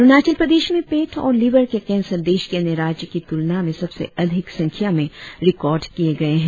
अरुणाचल प्रदेश में पेट और लिवर के केंसर देश के अन्य राज्य की तुलना में सबसे अधिक संख्या में रिकॉर्ड किये गये है